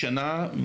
לשנה,